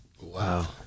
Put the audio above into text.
wow